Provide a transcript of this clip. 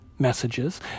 messages